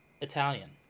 italian